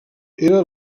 era